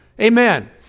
Amen